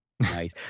Nice